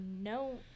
no